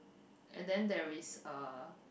and then there is uh